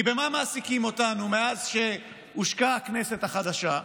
במה מעסיקים אותנו מאז שהושקה הכנסת החדשה?